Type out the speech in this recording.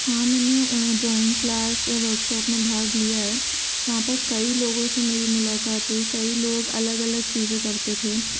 हाँ मैंने drawing class workshop में भाग लिया है वहाँ पर कई लोगों से मेरी मुलाकात हुई कई लोग अलग अलग चीज़ें करते थे